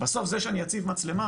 בסוף זה שאני אציב מצלמה